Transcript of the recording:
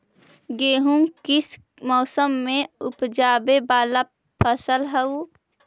गेहूं किस मौसम में ऊपजावे वाला फसल हउ?